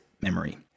memory